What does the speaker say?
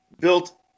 built